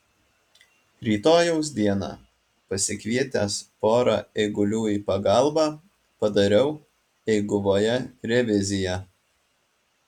rytojaus dieną pasikvietęs pora eigulių į pagalbą padariau eiguvoje reviziją